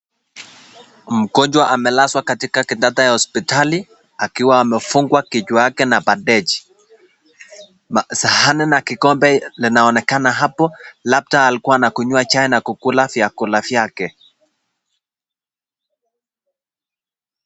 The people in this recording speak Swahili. Mgonjwa amelazwa katika kitanda ya hospitali akiwa amefungwa kichwa yake na bandaji . Sahani na kikombe linaonekana hapo labda alikuwa anakunywa chai na kukula vyakula vyake.